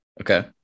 Okay